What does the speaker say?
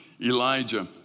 Elijah